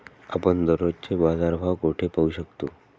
आपण दररोजचे बाजारभाव कोठे पाहू शकतो?